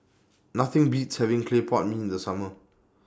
Nothing Beats having Clay Pot Mee in The Summer